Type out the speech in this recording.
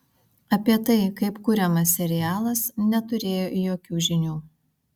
apie tai kaip kuriamas serialas neturėjo jokių žinių